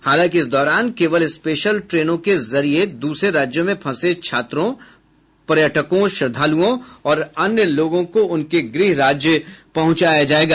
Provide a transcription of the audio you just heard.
हालांकि इस दौरान केवल स्पेशल ट्रेनों के जरिये दूसरे राज्यों में फंसे छात्रों पर्यटकों श्रद्धालुओं और अन्य लोगों को उनके गृह राज्य पहुंचाया जायेगा